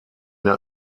der